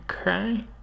Okay